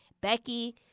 Becky